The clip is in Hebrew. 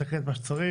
לתקן את מה שצריך,